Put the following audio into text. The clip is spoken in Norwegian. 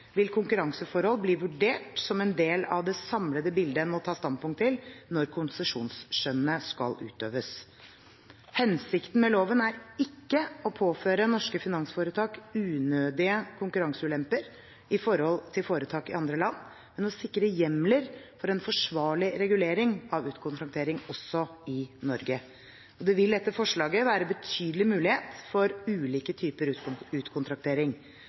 vil konkurranseforhold bli vurdert som en del av det samlede bilde en må ta standpunkt til når konsesjonsskjønnet skal utøves. Hensikten med loven er ikke å påføre norske finansforetak unødige konkurranseulemper i forhold til foretak i andre land, men å sikre hjemler for en forsvarlig regulering av utkontraktering også i Norge. Det vil etter forslaget være betydelig mulighet for ulike typer utkontraktering.